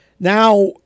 Now